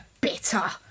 Bitter